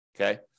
Okay